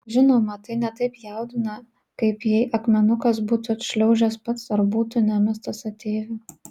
žinoma tai ne taip jaudina kaip jei akmenukas būtų atšliaužęs pats ar būtų nemestas ateivių